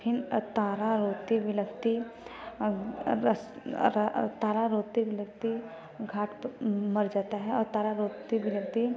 फिर तारा रोते बिलकती तारा रोते बिलकते घाट मर जाता है और तारा रोती बिलकती